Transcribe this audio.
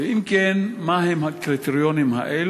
3. אם כן, מה הם הקריטריונים האלה,